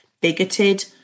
bigoted